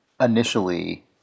initially